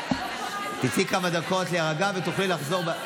תצאי לכמה דקות להירגע ותוכלי לחזור.